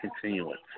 continuance